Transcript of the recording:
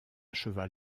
cheval